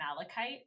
Malachite